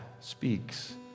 speaks